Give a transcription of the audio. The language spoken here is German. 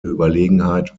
überlegenheit